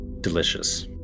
Delicious